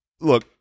look